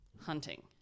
hunting